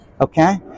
Okay